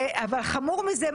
אבל חמור מזה,